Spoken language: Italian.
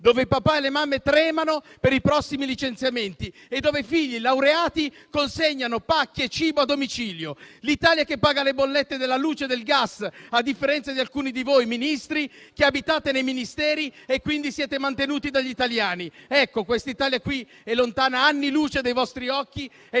dove i papà e le mamme tremano per i prossimi licenziamenti e dove i figli laureati consegnano pacchi e cibo a domicilio. L'Italia che paga le bollette della luce e del gas, a differenza di alcuni di voi, Ministri, che abitate nei Ministeri e quindi siete mantenuti dagli italiani. Questa Italia è lontana anni luce dai vostri occhi e